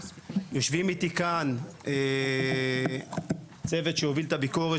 יושבים איתי כאן צוות הביקורת,